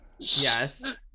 Yes